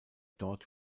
dort